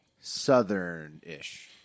Southern-ish